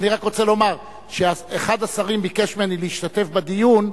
אני רק רוצה לומר שאחד השרים ביקש ממני להשתתף בדיון,